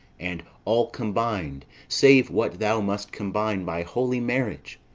and all combin'd, save what thou must combine by holy marriage.